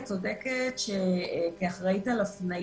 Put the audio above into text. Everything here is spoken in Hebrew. את צודקת שכאחראית על הפניה,